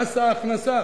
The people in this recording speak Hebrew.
מס ההכנסה.